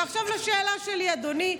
ועכשיו לשאלה שלי, אדוני.